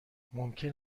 ممکن